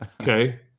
okay